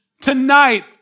Tonight